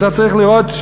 ואתה צריך לראות,